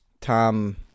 Tom